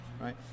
right